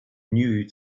knew